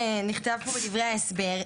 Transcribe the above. נכתב פה בדברי ההסבר,